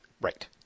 Right